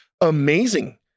amazing